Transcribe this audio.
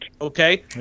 Okay